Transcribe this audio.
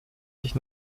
sich